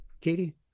Katie